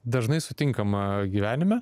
dažnai sutinkama gyvenime